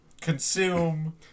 consume